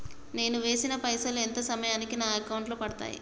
నేను వేసిన పైసలు ఎంత సమయానికి నా అకౌంట్ లో పడతాయి?